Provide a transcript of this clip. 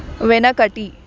వెనకటి